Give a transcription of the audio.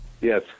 Yes